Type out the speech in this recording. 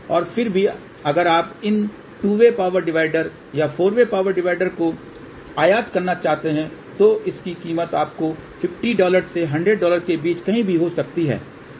और फिर भी अगर आप इन 2 वे पावर डिवाइडर या 4 वे पावर डिवाइडर को आयात करना चाहते हैं तो इसकी कीमत आपको 50 डॉलर से 100 डॉलर के बीच कहीं भी हो सकती है